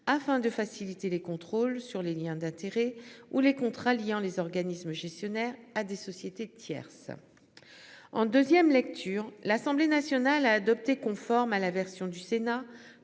afin de faciliter les contrôles sur les Liens d'intérêts ou les contrats liant les organismes gestionnaires à des sociétés tierces. En 2ème, lecture, l'Assemblée nationale a adopté conforme à la version du Sénat